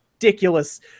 ridiculous